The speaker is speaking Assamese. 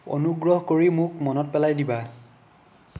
অনুগ্ৰহ কৰি মোক মনত পেলাই দিবা